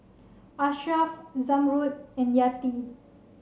Ashraff Zamrud and Yati